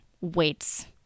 weights